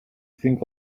think